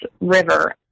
river